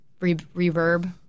reverb